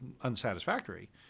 unsatisfactory